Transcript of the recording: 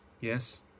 Yes